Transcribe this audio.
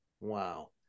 wow